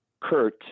Kurt